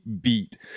beat